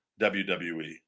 WWE